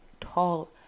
tall